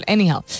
Anyhow